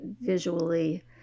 visually